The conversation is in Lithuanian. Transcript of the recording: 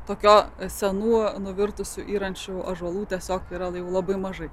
tokio senų nuvirtų suyrančių ąžuolų tiesiog yra labai mažai